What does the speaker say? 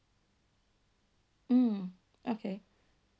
mm okay